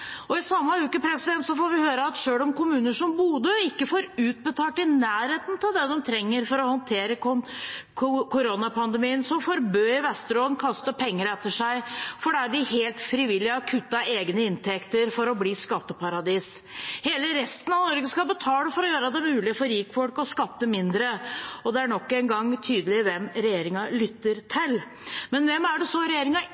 I samme uke får vi høre at selv om kommuner som Bodø ikke får utbetalt i nærheten av det de trenger for å håndtere koronapandemien, får Bø i Vesterålen kastet penger etter seg fordi de helt frivillig har kuttet egne inntekter for å bli skatteparadis. Hele resten av Norge skal betale for å gjøre det mulig for rikfolk å skatte mindre, og det er nok en gang tydelig hvem regjeringen lytter